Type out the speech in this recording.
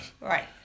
Right